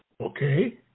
Okay